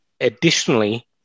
Additionally